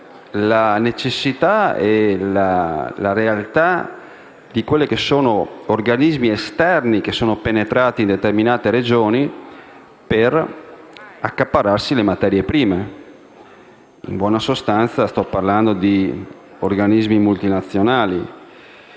cioè la realtà degli organismi esterni penetrati in determinate regioni per accaparrarsi le materie prime; in buona sostanza, sto parlando di organismi multinazionali.